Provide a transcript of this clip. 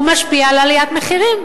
הוא משפיע על עליית מחירים,